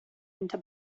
into